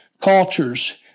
Cultures